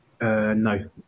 No